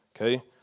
okay